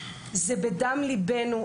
זה בדם ליבנו.